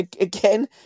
Again